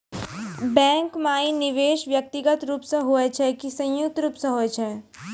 Bank माई निवेश व्यक्तिगत रूप से हुए छै की संयुक्त रूप से होय छै?